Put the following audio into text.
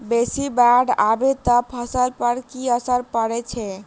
बेसी बाढ़ आबै सँ फसल पर की असर परै छै?